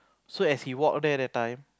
so as he walk there that time